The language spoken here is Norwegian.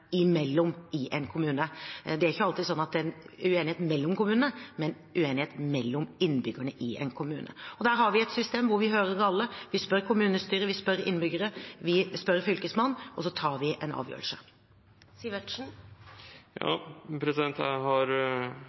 imellom i en kommune. Det er ikke alltid sånn at det er en uenighet mellom kommunene, men uenighet mellom innbyggerne i en kommune, og da har vi et system hvor vi hører alle, vi spør kommunestyret, vi spør innbyggere, vi spør Fylkesmannen, og så tar vi en avgjørelse.